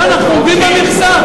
לא, אנחנו עומדים במכסה.